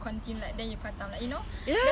ya ya ya